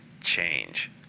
change